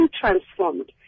transformed